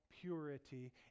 purity